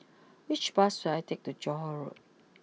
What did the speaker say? which bus should I take to Johore Road